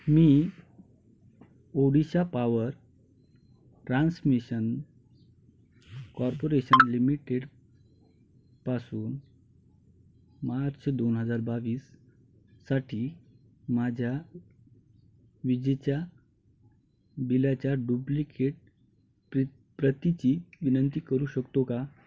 मी Odisha power transmission corporation लिमिटेडपासून March दोन हजार बावीससाठी माझ्या विजेच्या बिलाच्या डुप्लिकेट प्र प्रतीची विनंती करू शकतो का